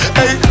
Hey